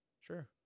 Sure